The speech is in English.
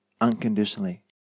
unconditionally